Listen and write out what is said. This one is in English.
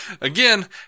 Again